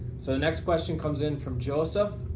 so next question comes in from joseph.